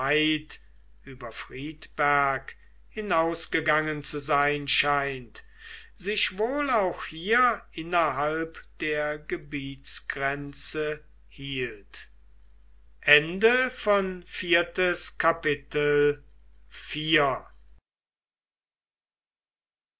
über friedberg hinausgegangen zu sein scheint sich wohl auch hier innerhalb der gebietsgrenze hielt